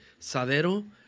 sadero